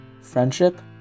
friendship